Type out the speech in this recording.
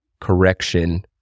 correction